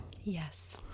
Yes